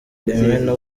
imena